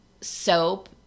soap